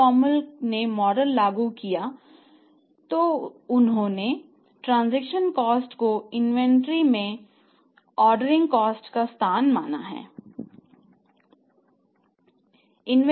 जब Baumol ने model लागू किया तो उसने ट्रांसेक्शन कॉस्ट को इन्वेंट्री में ऑर्डरिंग कॉस्टordering cost का स्थान माना है